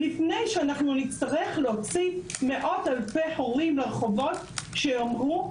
לפני שאנחנו נצטרך להוציא מאות אלפי הורים לרחובות שיאמרו,